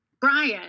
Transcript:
Brian